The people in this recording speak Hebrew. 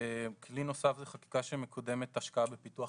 כלי נוסף זה חקיקה שמקדמת השקעה בפיתוח